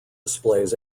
displays